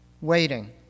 waiting